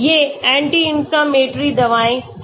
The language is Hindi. ये anti inflammatory दवाएं हैं